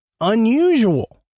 unusual